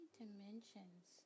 dimensions